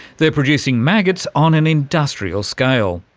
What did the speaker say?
they're producing maggots on an industrial scale,